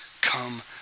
come